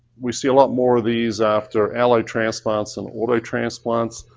we see a lot more of these after allo transplants than auto transplants.